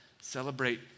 Celebrate